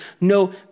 no